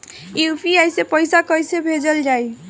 UPI से पैसा कइसे भेजल जाई?